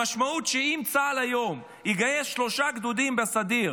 המשמעות היא שאם צה"ל יגייס היום שלושה גדודים בסדיר,